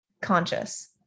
conscious